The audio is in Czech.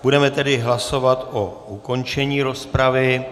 Budeme tedy hlasovat o ukončení rozpravy.